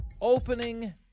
opening